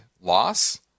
loss